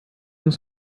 uns